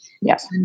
yes